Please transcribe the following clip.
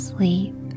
Sleep